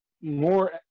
more